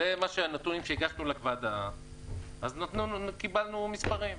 זה הנתונים שהגשנו, אז קיבלנו מספרים.